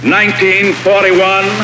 1941